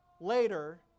later